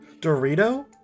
Dorito